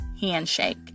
Handshake